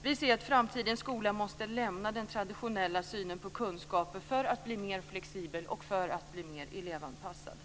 Vi ser att framtidens skola måste lämna den traditionella synen på kunskaper för att bli mer flexibel och för att bli mer elevanpassad.